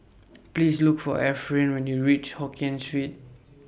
Please Look For Efren when YOU REACH Hokien Street